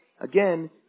again